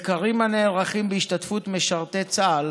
מחקרים הנערכים בהשתתפות משרתי צה"ל